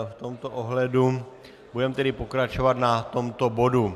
V tomto ohledu budeme tedy pokračovat na tomto bodu.